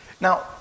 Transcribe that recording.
Now